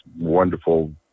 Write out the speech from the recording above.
wonderful